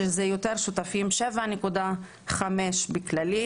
שזה יותר שותפים 7.5% בכללי,